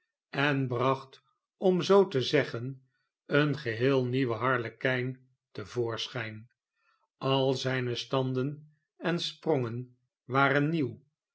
en bracht om zoo te zeggen een geheel nieuwen harlekijn te voorschijn al zijne standen en sprongen waren nieuw